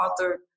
author